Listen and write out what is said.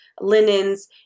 linens